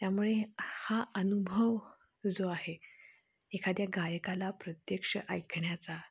त्यामुळे हा अनुभव जो आहे एखाद्या गायकाला प्रत्यक्ष ऐकण्याचा